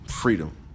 freedom